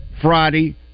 Friday